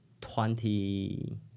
twenty